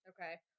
Okay